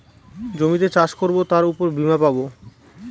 জমিতে চাষ করবো তার উপর বীমা পাবো